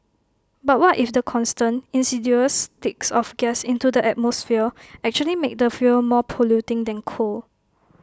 but what if the constant insidious leaks of gas into the atmosphere actually make the fuel more polluting than coal